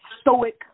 stoic